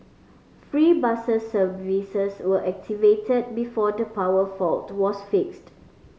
free bus services were activated before the power fault to was fixed